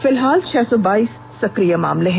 फिलहाल छह सौ बाइस सक्रिय मामले हैं